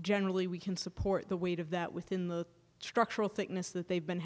generally we can support the weight of that within the structural thickness that they've been